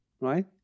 right